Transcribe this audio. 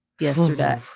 yesterday